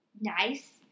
nice